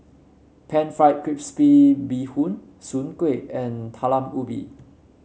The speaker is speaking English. pan fried crispy bee Bee Hoon Soon Kueh and Talam Ubi